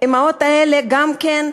האימהות האלה גם כן